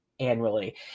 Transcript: annually